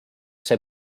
see